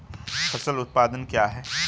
फसल उत्पादन क्या है?